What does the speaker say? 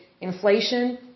inflation